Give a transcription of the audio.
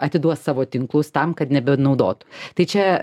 atiduos savo tinklus tam kad nebenaudotų tai čia